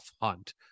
hunt